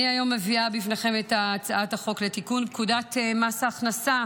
היום אני מביאה בפניכם את הצעת החוק לתיקון פקודת מס הכנסה,